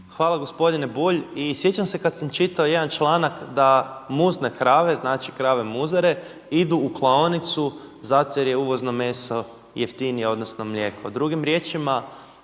Hvala. Gospodine Bulj, i sjećam se kada sam čitao jedan članak da muzne krave, znači krave muzare idu u klaonicu zato jer je uvozno meso jeftinije odnosno mlijeko.